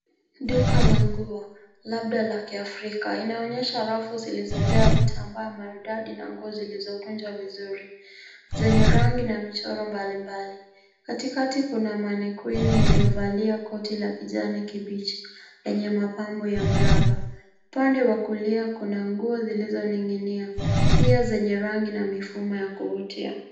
Duka la nguo, labda la Kiafrika. Inaonyesha rafu zilizojaa vitambaa maridadi na nguo zilizokunjwa vizuri, zenye rangi na michoro mbalimbali. Katikati kuna manekini iliyovalia koti la kijani kibichi yenye mapambo ya mraba. Upande wa kulia, kuna nguo zilizoning'inia. Pia zenye rangi na mifumo ya kuvutia.